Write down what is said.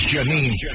Janine